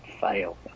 fail